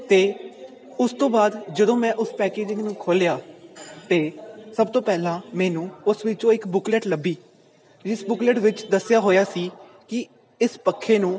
ਅਤੇ ਉਸ ਤੋਂ ਬਾਅਦ ਜਦੋਂ ਮੈਂ ਉਸ ਪੈਕਜਿੰਗ ਨੂੰ ਖੋਲ੍ਹਿਆ ਤਾਂ ਸਭ ਤੋਂ ਪਹਿਲਾਂ ਮੈਨੂੰ ਉਸ ਵਿੱਚੋਂ ਇੱਕ ਬੁੱਕਲੈਟ ਲੱਭੀ ਇਸ ਬੁੱਕਲੈਟ ਵਿੱਚ ਦੱਸਿਆ ਹੋਇਆ ਸੀ ਕਿ ਇਸ ਪੱਖੇ ਨੂੰ